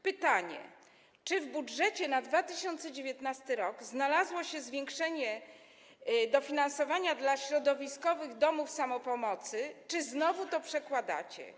Pytanie: Czy w budżecie na 2019 r. znalazło się zwiększenie dofinansowania dla środowiskowych domów samopomocy, czy znowu to przekładacie?